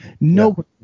No